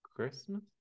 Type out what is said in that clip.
Christmas